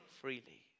freely